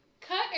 cut